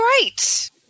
great